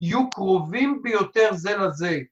‫יהיו קרובים ביותר זה לזה.